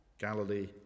Galilee